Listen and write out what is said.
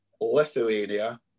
Lithuania